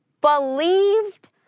believed